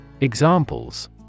Examples